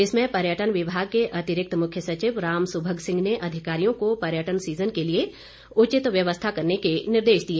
इसमें पर्यटन विभाग के अतिरिक्त मुख्य सचिव राम सुभग सिंह ने अधिकारियों को पर्यटन सीजन के लिए उचित व्यवस्था करने के निर्देश दिए